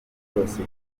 yose